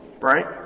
right